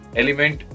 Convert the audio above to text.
element